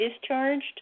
discharged